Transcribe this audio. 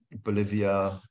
Bolivia